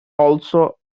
also